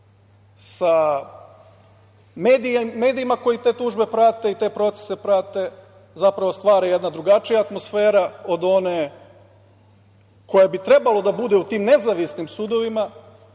sa medijima koji te tužbe i te procese prate, zapravo, stvara jedna drugačija atmosfera od one koja bi trebalo da bude u tim nezavisnim sudovima,